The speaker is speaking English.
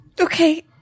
Okay